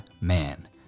man